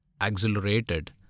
accelerated